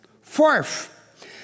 Fourth